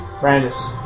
Brandis